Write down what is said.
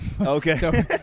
Okay